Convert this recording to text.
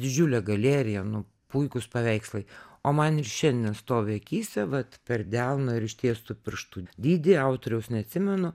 didžiulė galėrija nu puikūs paveikslai o man ir šiandien stovi akyse vat per delno ir ištiestų pirštų dydį autoriaus neatsimenu